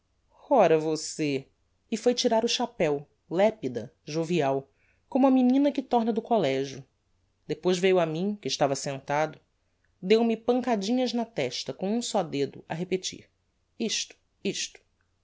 ora você e foi tirar o chapéo lepida jovial como a menina que torna do collegio depois veiu a mim que estava sentado deu-me pancadinhas na testa com um só dedo a repetir isto isto